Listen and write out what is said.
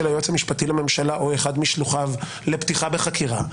היועץ המשפטי לממשלה או אחד משלוחיו לפתיחה בחקירה,